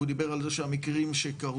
והוא דיבר על זה שהמקרים שקרו,